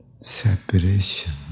separation